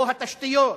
או התשתיות,